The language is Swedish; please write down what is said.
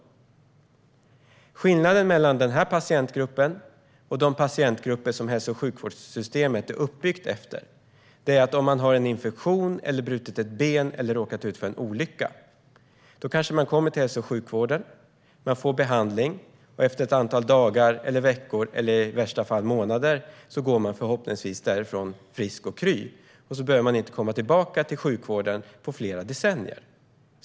Det finns en skillnad mellan den här patientgruppen och de patientgrupper som hälso och sjukvårdssystemet är uppbyggt efter. Det ena är att om man har en infektion, har brutit ett ben eller har råkat ut för en olycka får man behandling i hälso och sjukvården och efter ett antal dagar, veckor eller i värsta fall efter ett antal månader går man förhoppningsvis därifrån frisk och kry. Sedan behöver man inte komma tillbaka till sjukvården på flera decennier.